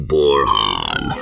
Borhan